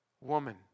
woman